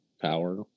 power